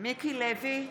מיקי לוי,